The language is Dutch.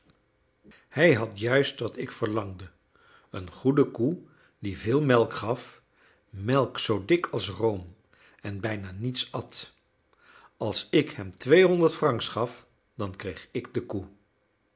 hij had juist wat ik verlangde een goede koe die veel melk gaf melk zoo dik als room en bijna niets at als ik hem tweehonderd francs gaf dan kreeg ik de koe